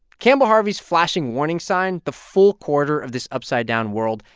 campbell harvey's flashing warning sign, the full quarter of this upside-down world,